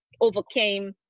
overcame